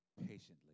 patiently